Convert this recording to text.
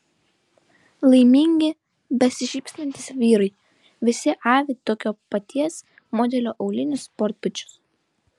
laimingi besišypsantys vyrai visi avi tokio paties modelio aulinius sportbačius